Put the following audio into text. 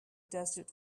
desert